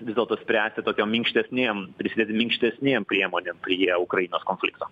vis dėlto spręsti tokiom minkštesnėm prisidėti minkštesnėm priemonėm prie ukrainos konflikto